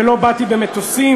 לא באתי במטוסים.